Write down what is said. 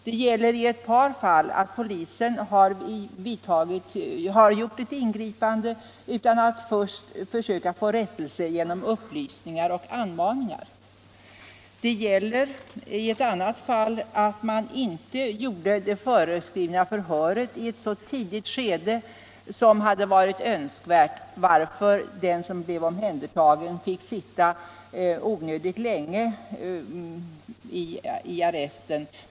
Det zgiller i ett par fall att polisen gjort ingripande utan att först försöka få rättelse genom upplysningar och anmaningar. Det gäller i ett annat fall att man inte hållit det föreskrivna förhöret i ctt så tidigt skede som varit önskvärt och att den som blev omhändertagen därför fick sitta onödigt länge i arresten.